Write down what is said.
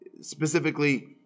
specifically